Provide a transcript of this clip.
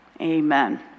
Amen